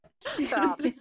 Stop